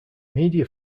media